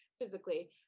physically